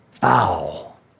Foul